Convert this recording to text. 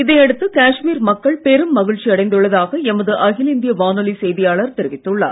இதையடுத்து காஷ்மீர் மக்கள் பெரும் மகிழ்ச்சி அடைந்துள்ளதாக எமது அகில இந்திய வானொலி செய்தியாளர் தெரிவித்துள்ளார்